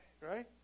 right